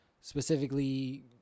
specifically